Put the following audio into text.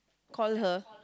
call her